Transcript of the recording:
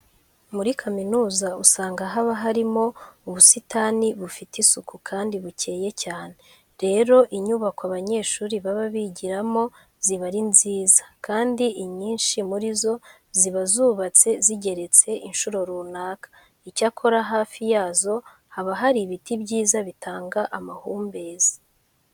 Muri kaminuza usanga haba harimo ubusitani bufite isuku kandi bukeye cyane. Rero inyubako abanyeshuri baba bigiramo ziba ari nziza kandi inyinshi muri zo ziba zubabate zigeretse incuro runaka. Icyakora hafi yazo haba hari ibiti byiza bitanga amahumbezi.